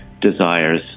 desires